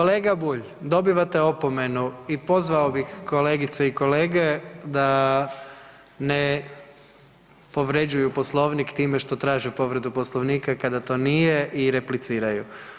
kolega Bulj, dobivate opomenu i pozvao bih kolegice i kolege da ne povređuju Poslovnik time što traže povredu Poslovnika i kada to nije i repliciraju.